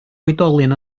oedolion